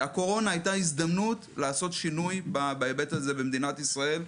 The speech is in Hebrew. הקורונה הייתה הזדמנות לעשות שינוי בהיבט הזה במדינת ישראל,